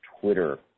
Twitter